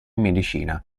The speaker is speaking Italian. medicina